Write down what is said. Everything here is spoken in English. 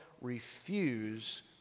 Refuse